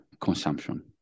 consumption